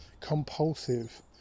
compulsive